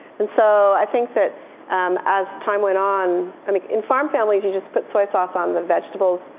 and so i think that um as time went on i mean in farm families you just put soy sauce on the vegetables.